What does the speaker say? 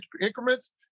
increments